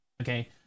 Okay